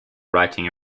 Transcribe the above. writing